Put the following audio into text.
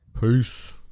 Peace